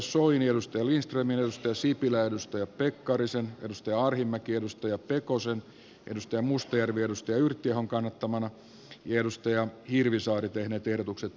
hallitus ei esitä ohjelmassaan riittäviä toimia suomen kilpailukyvyn parantamiseksi ja talouskasvun vauhdittamiseksi minkä vuoksi se ei nauti eduskunnan luottamusta